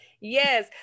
Yes